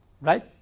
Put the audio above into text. Right